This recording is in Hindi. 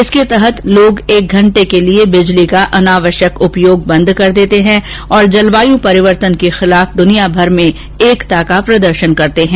इसके तहत लोग एक घंटे के लिए बिजली का अनावश्यक उपयोग बंद कर देते हैं और जलवायु परिवर्तन के खिलाफ दुनिया मर में एकता का प्रदर्शन करते हैं